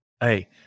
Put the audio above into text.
hey